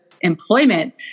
employment